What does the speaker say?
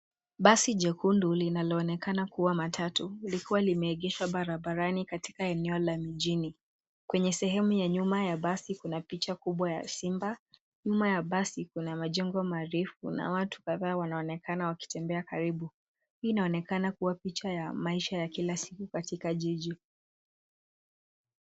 Basi jekundu linaloonekana kuwa matatu likiwa limeegeshwa barabarani katika eneo la mjini. Kwenye sehemu ya nyuma ya basi kuna picha kubwa ya simba. Nyuma ya basi kuna majengo marefu. Kuna watu kadhaa wanaonekana wakitembea karibu. Hii inaonekana kuwa picha ya maisha ya kila siku katika jiji.